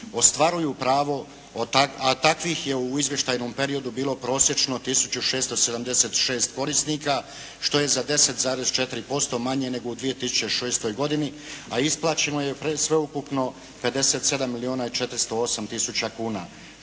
ostvaruju pravo, a takvih je u izvještajnom periodu bilo prosječno 1676 korisnika što je za 10,4% manje nego u 2006. godini, a isplaćeno je sveukupno 57 milijuna i 408 tisuća kuna